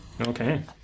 Okay